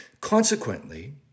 Consequently